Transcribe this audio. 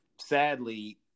sadly